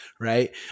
right